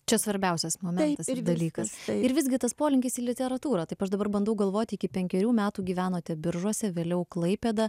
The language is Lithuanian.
čia svarbiausias momentas ir dalykas ir visgi tas polinkis į literatūrą taip aš dabar bandau galvoti iki penkerių metų gyvenote biržuose vėliau klaipėda